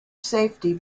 safety